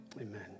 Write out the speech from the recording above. Amen